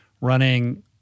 running